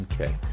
Okay